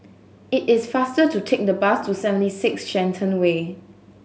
it is faster to take the bus to Seventy Six Shenton Way